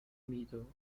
middle